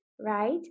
right